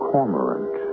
Cormorant